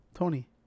Tony